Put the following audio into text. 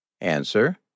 Answer